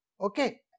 Okay